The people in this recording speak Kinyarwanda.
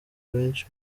benshi